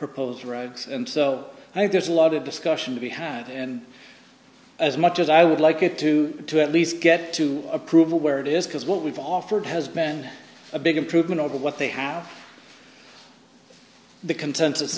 proposed drugs and so i think there's a lot of discussion to be had and as much as i would like it to to at least get to approval where it is because what we've offered has been a big improvement over what they have the consensus